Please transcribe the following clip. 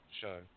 show